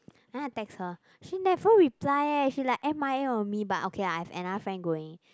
then I text her she never reply eh she like M_I_A on me but okay lah I have another friend going